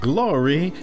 Glory